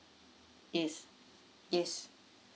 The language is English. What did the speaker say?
yes yes